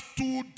two